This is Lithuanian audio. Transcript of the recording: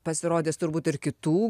pasirodys turbūt ir kitų